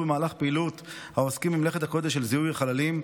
במהלך פעילות העוסקים במלאכת הקודש של זיהוי החללים,